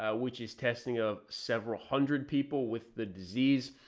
ah which is testing of several hundred people with the disease.